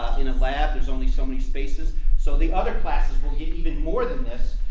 in a lab. there's only so many spaces so the other classes will get even more than this.